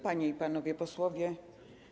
Panie i Panowie Posłowie!